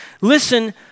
Listen